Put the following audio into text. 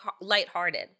lighthearted